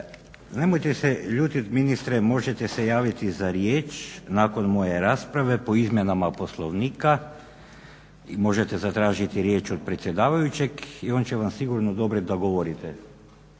Nemojte se ljutiti ministre, možete se javiti za riječ nakon moje rasprave po izmjenama Poslovnika možete zatražiti riječ od predsjedavajućeg i on će vam sigurno odobriti da govorite